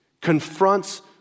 confronts